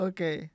Okay